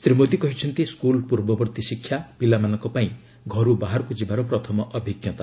ଶ୍ରୀ ମୋଦି କହିଛନ୍ତି ସ୍କୁଲ୍ ପୂର୍ବବର୍ତ୍ତୀ ଶିକ୍ଷା ପିଲାମାନଙ୍କ ପାଇଁ ଘରୁ ବାହାରକୁ ଯିବାର ପ୍ରଥମ ଅଭିଜ୍ଞତା